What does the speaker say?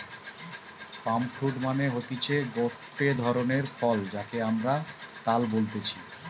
পাম fruit মানে হতিছে গটে ধরণের ফল যাকে আমরা তাল বলতেছি